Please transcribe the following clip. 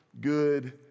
good